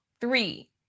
three